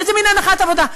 איזה מין הנחת עבודה?